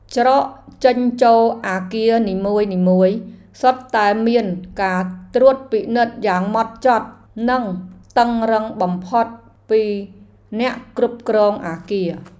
ច្រកចេញចូលអគារនីមួយៗសុទ្ធតែមានការត្រួតពិនិត្យយ៉ាងហ្មត់ចត់ និងតឹងរ៉ឹងបំផុតពីអ្នកគ្រប់គ្រងអគារ។